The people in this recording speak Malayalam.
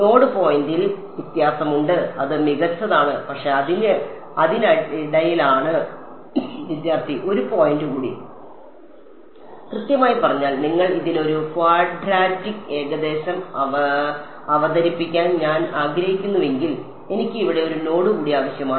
നോഡ് പോയിന്റിൽ വ്യത്യാസമുണ്ട് അത് മികച്ചതാണ് പക്ഷേ അതിനിടയിലാണ് വിദ്യാർത്ഥി ഒരു പോയിന്റ് കൂടി കൃത്യമായി പറഞ്ഞാൽ നിങ്ങൾ ഇതിന് ഒരു ക്വാഡ്രാറ്റിക് ഏകദേശം അവതരിപ്പിക്കാൻ ഞാൻ ആഗ്രഹിക്കുന്നുവെങ്കിൽ എനിക്ക് ഇവിടെ ഒരു നോഡ് കൂടി ആവശ്യമാണ്